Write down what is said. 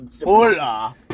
hola